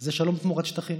זה שלום תמורת שטחים.